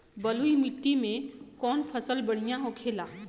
बलुई मिट्टी में कौन फसल बढ़ियां होखे ला?